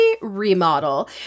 Remodel